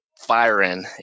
firing